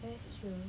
that's true